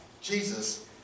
Jesus